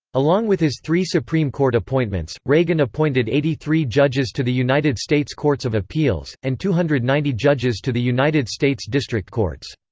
along with his three supreme court appointments, reagan appointed eighty three judges to the united states courts of appeals, and two hundred and ninety judges to the united states district courts.